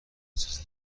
جسد